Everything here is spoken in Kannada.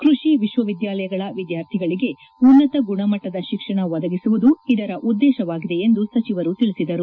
ಕೃಷಿ ವಿಕ್ವವಿದ್ಯಾಲಯಗಳ ವಿದ್ಯಾರ್ಥಿಗಳಿಗೆ ಉನ್ನತ ಗುಣಮಟ್ಟದ ಶಿಕ್ಷಣ ಒದಗಿಸುವುದು ಇದರ ಉದ್ದೇಶವಾಗಿದೆ ಎಂದು ಸಚಿವರು ತಿಳಿಸಿದರು